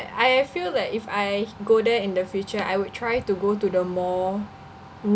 I feel like if I go there in the future I would try to go to the more